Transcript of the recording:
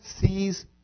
sees